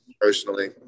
personally